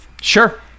Sure